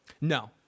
No